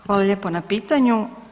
Hvala lijepo na pitanju.